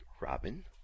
Robin